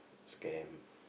scam